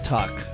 Talk